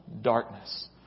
darkness